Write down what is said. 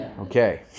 Okay